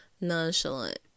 nonchalant